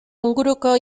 inguruko